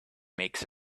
makes